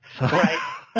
Right